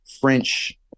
french